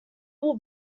will